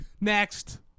Next